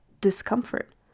discomfort